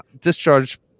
discharge